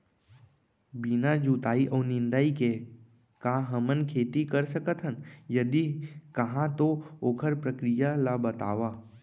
बिना जुताई अऊ निंदाई के का हमन खेती कर सकथन, यदि कहाँ तो ओखर प्रक्रिया ला बतावव?